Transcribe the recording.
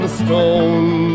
stone